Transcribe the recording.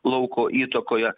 lauko įtakoje